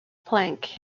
planck